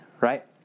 right